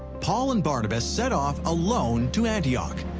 paul and barnabas set off alone to antioch.